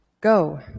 Go